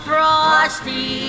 Frosty